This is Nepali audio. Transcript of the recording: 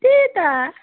त्यही त